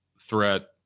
threat